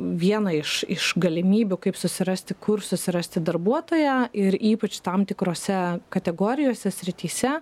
viena iš iš galimybių kaip susirasti kur susirasti darbuotoją ir ypač tam tikrose kategorijose srityse